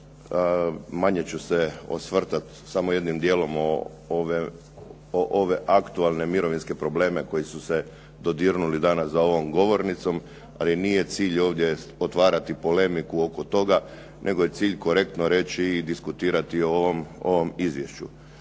Manje ću se osvrtati samo jednim djelom o ove aktualne mirovinske probleme koji su se dodirnuli danas za ovom govornicom ali nije cilj ovdje otvarati polemiku oko toga nego je cilj korektno reći i diskutirati o ovom izvješću.